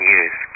use